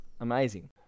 amazing